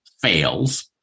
fails